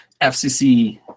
FCC